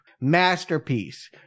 masterpiece